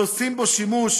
שעושים בו שימוש